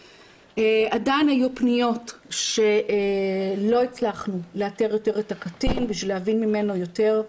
עדיין היו פניות שלא הצלחנו לאתר יותר את הקטין כדי להבין ממנו יותר,